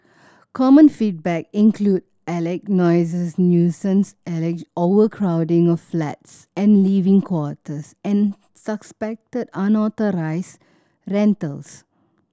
common feedback included alleged noises nuisance alleged overcrowding of flats and living quarters and suspected unauthorised rentals